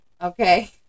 okay